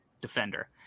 defender